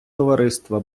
товариства